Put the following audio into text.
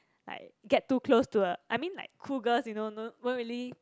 like get too close to a I mean like cools girls you know won't really